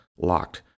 locked